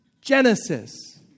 Genesis